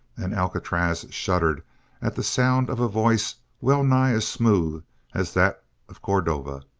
and alcatraz shuddered at the sound of a voice well-nigh as smooth as that of cordova,